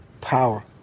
Power